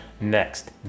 next